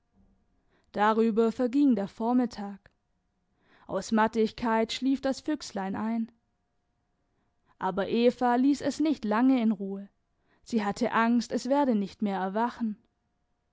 darüber verging der vormittag aus mattigkeit schlief das füchslein ein aber eva ließ es nicht lange in ruhe sie hatte angst es werde nicht mehr erwachen